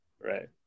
Right